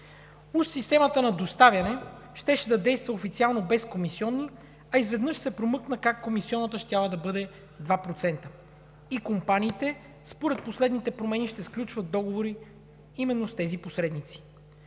Уж системата на доставяне щеше да действа официално без комисиони, а изведнъж се промъкна как комисионата щяла да бъде 2% и компаниите, според последните промени, ще сключват договори именно с тези посредници.